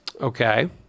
okay